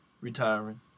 retiring